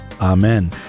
Amen